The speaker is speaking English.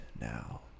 now